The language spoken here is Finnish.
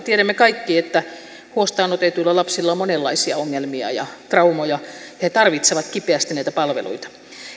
tiedämme kaikki että huostaan otetuilla lapsilla on monenlaisia ongelmia ja traumoja he tarvitsevat kipeästi näitä palveluita